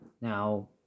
Now